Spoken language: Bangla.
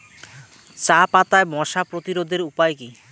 চাপাতায় মশা প্রতিরোধের উপায় কি?